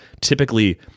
typically—